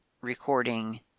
recording